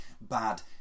bad